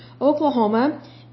Oklahoma